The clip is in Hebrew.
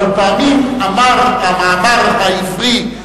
אבל פעמים אמר המאמר העברי,